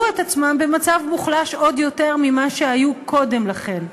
את עצמם במצב מוחלש עוד יותר ממה שהיו קודם לכן.